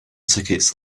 tickets